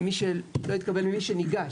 ומי שלא התקבל ומי שניגש.